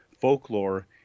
folklore